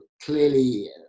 Clearly